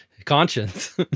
Conscience